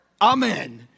Amen